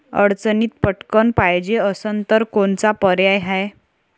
अडचणीत पटकण पायजे असन तर कोनचा पर्याय हाय?